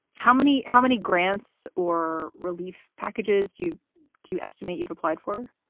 how many how many grants or relief packages do you do you estimate you've applied for?